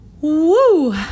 Woo